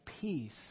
peace